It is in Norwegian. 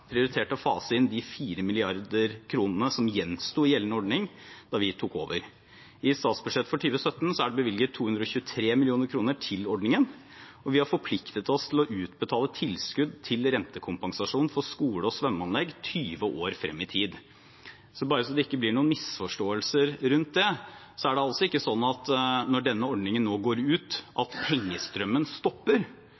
prioritert å fase inn de 4 mrd. kr som gjensto i gjeldende ordning da vi tok over. I statsbudsjettet for 2017 er det bevilget 223 mill. kr til ordningen, og vi har forpliktet oss til å utbetale tilskudd til rentekompensasjon for skole- og svømmeanlegg 20 år frem i tid. Bare så det ikke blir noen misforståelse rundt det: Det er ikke sånn at når denne ordningen